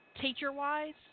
teacher-wise